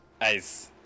Ice